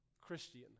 Christian